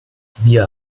wir